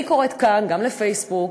אני קוראת כאן גם ל"פייסבוק",